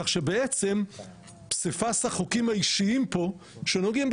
כך שבעצם פסיפס החוקים האישיים פה שנוגעים,